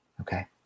Okay